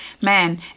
man